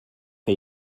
que